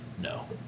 No